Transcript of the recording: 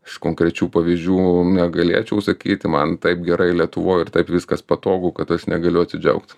aš konkrečių pavyzdžių negalėčiau sakyti man taip gerai lietuvoj ir taip viskas patogu kad aš negaliu atsidžiaugt